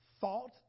thought